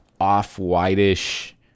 off-whitish